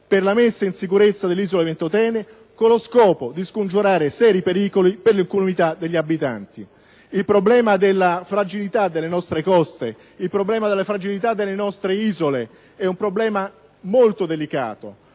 per la messa in sicurezza dell'isola di Ventotene con lo scopo di scongiurare seri pericoli per l'incolumità degli abitanti». Il problema della fragilità delle nostre coste e delle nostre isole è molto delicato.